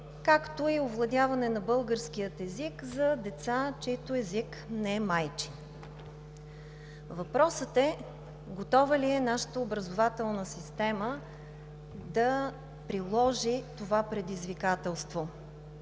както и овладяването на българския език от деца, чийто език не е майчин. Въпросът е: готова ли е нашата образователна система да приложи това предизвикателство?